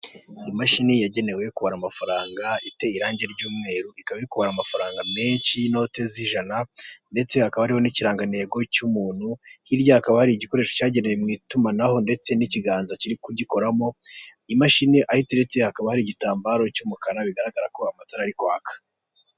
Imashini yagenewe kubara amafaranga iteye irange ry'umweru ikaba iri kubara amafaranga menshi y'inote z'ijana ndetse hakaba hariho n'ikirangantego cy'umuntu, hirya hakaba hari igikoresho cyagenewe mu itumanaho ndetse n'ikiganza kiri kugikoramo, imashini aho iteriretse hakaba hari igitambaro cy'umukara bigaragara ko amatara ari kwaka.